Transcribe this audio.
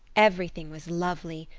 everything was lovely.